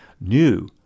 New